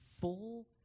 full